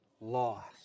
lost